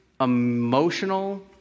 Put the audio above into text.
emotional